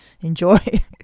enjoy